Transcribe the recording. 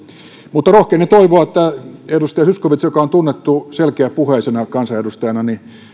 mutta rohkenen toivoa että edustaja zyskowicz joka on tunnettu selkeäpuheisena kansanedustajana